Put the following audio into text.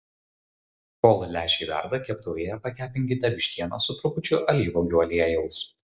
kol lęšiai verda keptuvėje pakepinkite vištieną su trupučiu alyvuogių aliejaus